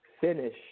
finish